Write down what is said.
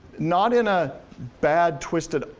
not in a bad, twisted,